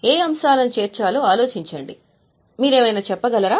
ఏ అంశాలను చేర్చాలో ఆలోచించండి మీరు ఏమైనా చెప్పగలరా